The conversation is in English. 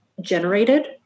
generated